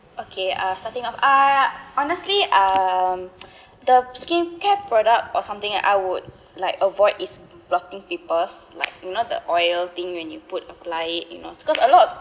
okay uh starting off uh honestly um the skincare product or something I would like avoid is blotting papers like you know the oil thing when you put apply it you know because a lot of